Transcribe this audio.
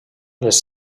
les